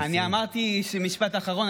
אמרתי משפט אחרון,